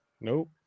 Nope